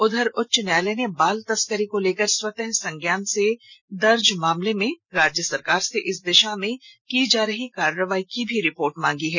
उधर उच्च न्यायालय ने बाल तस्करी को लेकर स्वतः संज्ञान से दर्ज मामले में राज्य सरकार से इस दिशा में की जा रही कार्रवाई की रिपोर्ट मांगी है